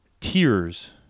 tears